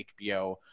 HBO